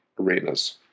arenas